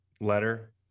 letter